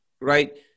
right